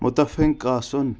مُتَفِق آسُن